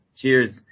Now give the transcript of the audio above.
cheers